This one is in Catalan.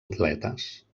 atletes